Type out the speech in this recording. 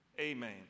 Amen